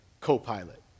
co-pilot